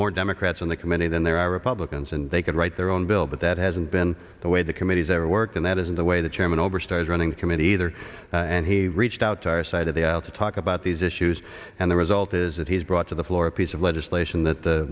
more democrats on the committee than there are republicans and they could write their own bill but that hasn't been the way the committees ever worked and that isn't the way the chairman oberstar is running the committee either and he reached out to our side of the aisle to talk about these issues and the result is that he's brought to the floor a piece of legislation that